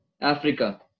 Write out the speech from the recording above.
Africa